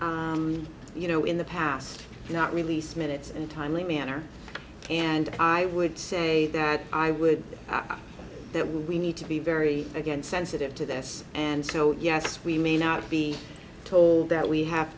you know in the past not release minutes and timely manner and i would say that i would that we need to be very again sensitive to this and so yes we may not be told that we have